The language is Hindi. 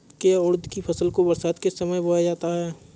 क्या उड़द की फसल को बरसात के समय बोया जाता है?